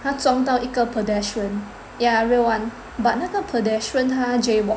他撞到一个 pedestrian yeah real [one] but 那个 pedestrian 他 jaywalk